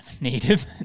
native